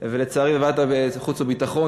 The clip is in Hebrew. וגם לא בוועדת החוץ והביטחון.